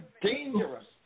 dangerous